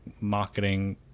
marketing